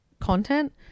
content